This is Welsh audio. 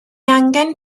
angen